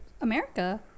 America